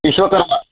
अशोकः